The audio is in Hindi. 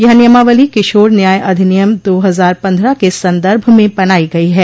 यह नियमावली किशोर न्याय अधिनियम दो हजार पन्द्रह के सन्दर्भ में बनाई गई ह